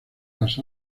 las